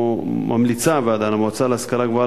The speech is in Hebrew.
ממליצה הוועדה למועצה להשכלה גבוהה